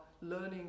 learning